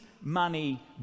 money